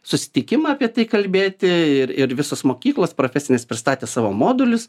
susitikimą apie tai kalbėti ir ir visos mokyklos profesinės pristatė savo modulius